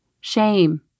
shame